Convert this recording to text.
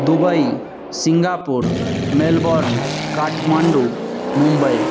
Dubai Singapore Melbourne Kathmandu Mumbai